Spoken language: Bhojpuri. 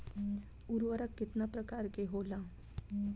उर्वरक केतना प्रकार के होला?